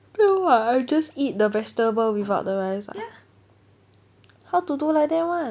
then what I just eat the vegetable without the rice ah how to do like that [one]